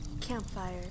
campfire